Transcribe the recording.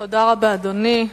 תודה רבה, אדוני.